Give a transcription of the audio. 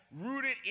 rooted